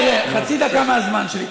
תראה, חצי דקה מהזמן שלי.